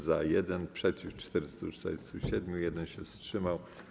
Za - 1, przeciw - 447, 1 się wstrzymał.